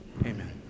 Amen